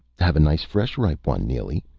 have a nice fresh, ripe one, neely.